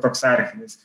toks arktinis